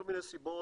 מכל מיני סיבות,